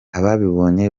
ababibonye